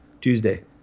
Tuesday